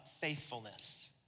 Faithfulness